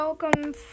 Welcome